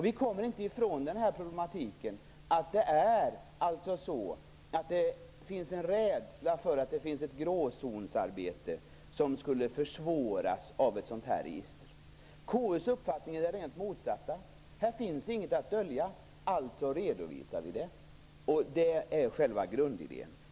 Vi kommer inte ifrån att det faktiskt finns en rädsla för att det förekommer ett gråzonsarbete, som skulle försvåras av ett sådant register. KU:s uppfattning är den motsatta: Här finns inget att dölja, alltså redovisar vi det. Det är själva grundidén.